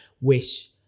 wish